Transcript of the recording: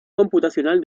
computacional